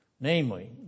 namely